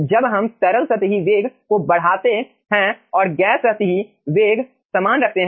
जब हम तरल सतही वेग को बढ़ाते रहें हैं और गैस सतही वेग समान रखते है